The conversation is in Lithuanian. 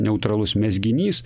neutralus mezginys